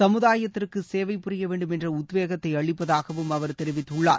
சமுதாயத்திற்கு சேவை புரிய வேண்டும் என்ற உத்வேகத்தை அளிப்பதாகவும் அவர் தெரிவித்துள்ளார்